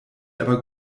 aber